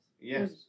Yes